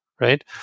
right